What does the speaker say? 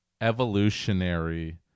evolutionary